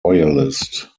royalist